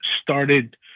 started